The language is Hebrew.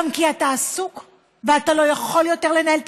גם כי אתה עסוק ואתה לא יכול יותר לנהל את